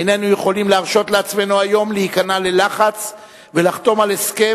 איננו יכולים להרשות לעצמנו היום להיכנע ללחץ ולחתום על הסכם,